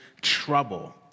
trouble